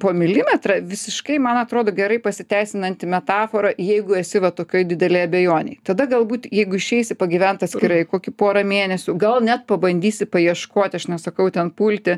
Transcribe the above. po milimetrą visiškai man atrodo gerai pasiteisinanti metafora jeigu esi va tokioj didelėj abejonėj tada galbūt jeigu išeisi pagyvent atskirai kokį porą mėnesių gal net pabandysi paieškoti aš nesakau ten pulti